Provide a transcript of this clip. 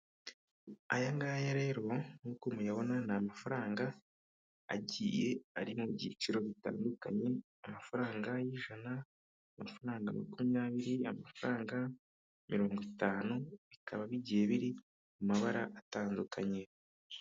Aya ngaya rero nk'uko muyabona ni amafaranga agiye ari mu byiciro bitandukanye, amafaranga y'ijana, afaranga makumyabiri, amafaranga mirongo itanu. Bikaba bigiye biri mu mabara atandukanye.